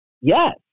yes